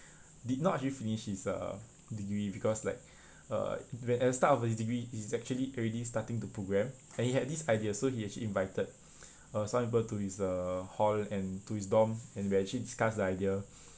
did not actually finish his uh degree because like uh when at the start of his degree he's actually already starting to program and he had this idea so he actually invited uh some people to his uh hall and to his dorm and they actually discussed the idea